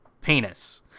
Penis